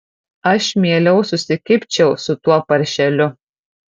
aš mieliau susikibčiau su tuo paršeliu